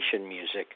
music